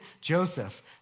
Joseph